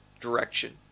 direction